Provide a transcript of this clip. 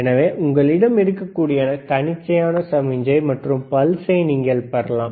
எனவே உங்களிடம் இருக்கக்கூடிய தன்னிச்சையான சமிக்ஞை மற்றும் பல்ஸை நீங்கள் பெறலாம்